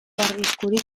arriskurik